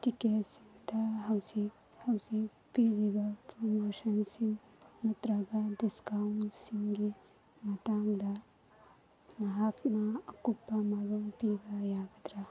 ꯇꯤꯛꯀꯦꯠꯁꯤꯡꯗ ꯍꯧꯖꯤꯛ ꯍꯧꯖꯤꯛ ꯄꯤꯔꯤꯕ ꯄꯔꯃꯣꯁꯟꯁꯤꯡ ꯅꯠꯇ꯭ꯔꯒ ꯗꯤꯁꯀꯥꯎꯟꯁꯤꯡꯒꯤ ꯃꯇꯥꯡꯗ ꯅꯍꯥꯛꯅ ꯑꯀꯨꯞꯄ ꯃꯔꯣꯜ ꯄꯤꯕ ꯌꯥꯒꯗ꯭ꯔꯥ